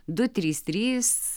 du trys trys